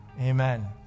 amen